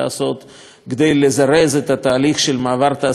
כדי לזרז את התהליך של מעבר התעשייה לגז.